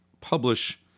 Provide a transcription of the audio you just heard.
publish